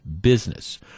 business